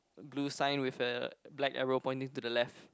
blue sign with a black arrow pointing to the left